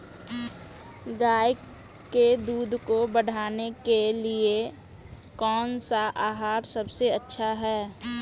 गाय के दूध को बढ़ाने के लिए कौनसा आहार सबसे अच्छा है?